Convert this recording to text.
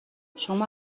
شما